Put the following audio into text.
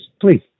please